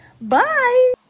bye